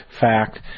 fact